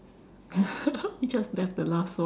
we just that's the last one